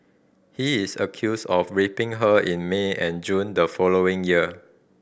he is accused of raping her in May and June the following year